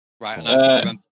right